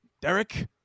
Derek